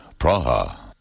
Praha